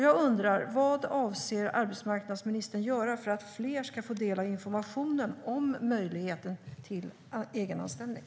Jag undrar: Vad avser arbetsmarknadsministern att göra för att fler ska få del av informationen om möjligheten till egenanställning?